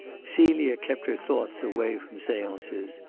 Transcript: celia kept her thoughts away from seances.